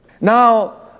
Now